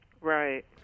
Right